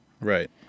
Right